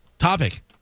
Topic